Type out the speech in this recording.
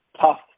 tough